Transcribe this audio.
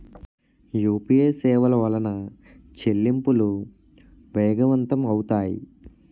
UPA సేవల వలన చెల్లింపులు వేగవంతం అవుతాయి